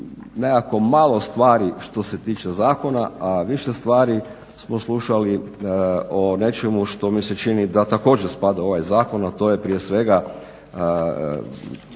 nekako malo stvari što se tiče zakona, a više stvari smo slušali o nečemu što mi se čini da također spada u ovaj zakon, a to je prije svega